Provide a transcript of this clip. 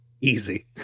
Easy